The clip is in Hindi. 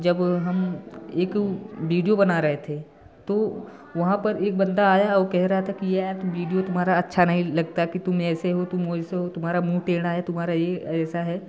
जब हम एक विडियो बना रहे थे तो वहाँ पर एक बंदा आया और कह रहा था कि यार तुम विडियो तुम्हारा अच्छा नहीं लगता कि तुम ऐसे हो तुम वैसे हो तुम्हारा मुँह टेढ़ा है तुम्हारा ये ऐसा है